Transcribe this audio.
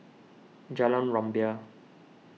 Jalan Rumbia